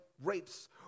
rapes